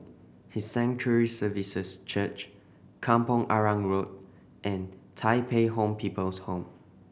His Sanctuary Services Church Kampong Arang Road and Tai Pei Home People's Home